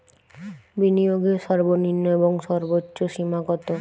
বিনিয়োগের সর্বনিম্ন এবং সর্বোচ্চ সীমা কত?